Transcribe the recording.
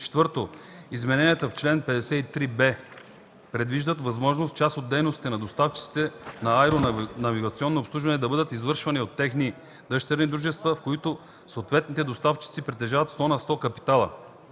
4. Измененията в чл. 53б предвиждат възможност част от дейностите на доставчиците на аеронавигационно обслужване да бъдат извършвани от техни дъщерни дружества, в които съответните доставчици притежават сто на сто капитала.